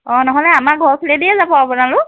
অ নহ'লে আমাৰ ঘৰ ফালেদিয়ে যাব আপোনালোক